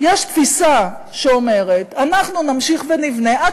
יש תפיסה שאומרת: אנחנו נמשיך ונבנה עד